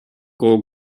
call